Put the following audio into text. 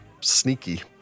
sneaky